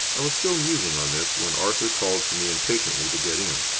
i was still musing on this when arthur called to me impatiently to get in.